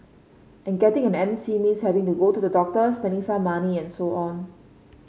and getting an M C means having to go to the doctor spending some money and so on